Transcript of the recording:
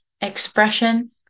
expression